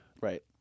Right